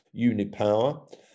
unipower